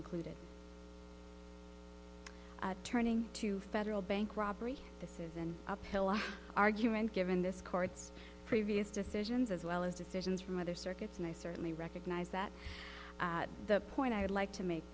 included turning to federal bank robbery this is an uphill argument given this court's previous decisions as well as decisions from other circuits and i certainly recognize that the point i would like to make